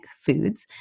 foods